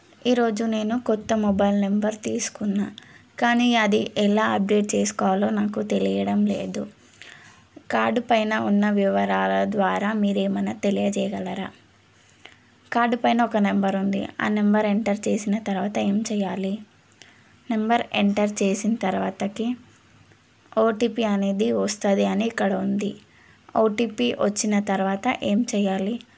ఈరోజు నేను క్రొత్త మొబైల్ నంబర్ తీసుకున్న కానీ అది ఎలా అప్డేట్ చేసుకోవాలో నాకు తెలియడం లేదు కార్డు పైన ఉన్న వివరాల ద్వారా మీరు ఏమైనా తెలియజేయగలరా కార్డు పైన ఒక నంబర్ ఉంది ఆ నంబర్ ఎంటర్ చేసిన తరువాత ఏం చేయాలి నంబర్ ఎంటర్ చేసిన తరువాతకి ఓటీపీ అనేది వస్తుంది అని ఇక్కడ ఉంది ఓటీపీ వచ్చిన తరువాత ఏం చేయాలి